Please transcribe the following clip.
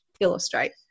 illustrate